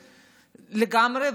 לגמרי,